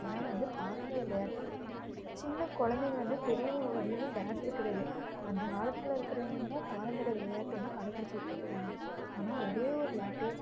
அதனால வந்து பாரம்பரிய விளையாட்டு சின்ன கொழந்தைங்கள்லேந்து பெரியவங்கள் வரையிலுமே விளாடுறது கிடையாது அந்தகாலத்தில் இருக்கிறவிங்க இன்னும் பாரம்பரிய விளையாட்டு வந்து கடைப் பிடிச்சிட்டு இருக்கிறாங்க ஆனால் ஒரே ஒரு விளாட்டு